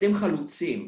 אתם חלוצים,